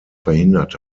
verhindert